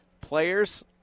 players –